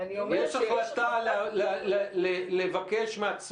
אני אומרת שיש החלטת ממשלה --- יש החלטה לבקש מהצוות